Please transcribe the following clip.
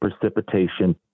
precipitation